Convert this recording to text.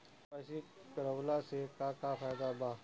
KYC करवला से का का फायदा बा?